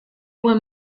buen